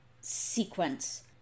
sequence